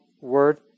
word